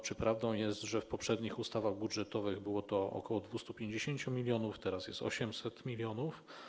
Czy prawdą jest, że w poprzednich ustawach budżetowych było to ok. 250 mln, a teraz jest 800 mln?